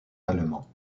allemands